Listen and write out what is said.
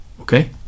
okay